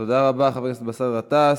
תודה רבה, חבר הכנסת באסל גטאס.